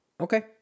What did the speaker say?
Okay